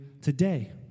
today